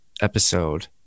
episode